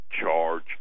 charge